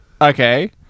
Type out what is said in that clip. Okay